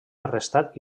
arrestat